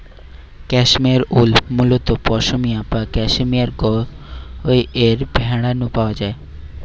cashmere wool মুলত পসমিনা বা cashmere গোত্রর ভেড়া নু পাওয়া যায়